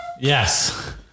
Yes